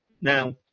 now